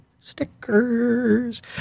stickers